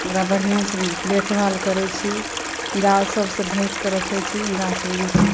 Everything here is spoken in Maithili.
ओकरा बढ़िआँसँ देखभाल करै छी जाल सबसँ ढकिकऽ रखै छी गाछ बिरिछ